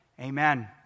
amen